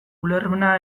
ulermena